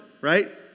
right